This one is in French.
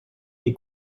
les